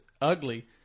ugly